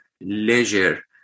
leisure